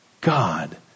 God